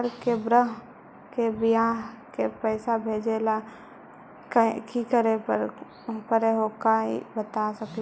हमार के बह्र के बियाह के पैसा भेजे ला की करे परो हकाई बता सकलुहा?